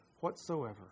whatsoever